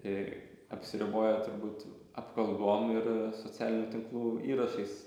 tai apsiriboja turbūt apkalbom ir socialinių tinklų įrašais